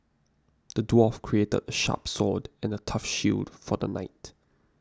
the dwarf crafted a sharp sword and a tough shield for the knight